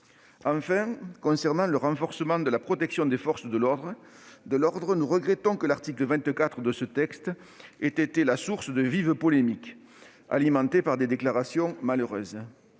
Enfin, concernant le renforcement de la protection des forces de l'ordre, nous regrettons que l'article 24 ait été la source de vives polémiques, alimentées par des déclarations malheureuses.